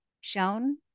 shown